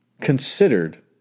considered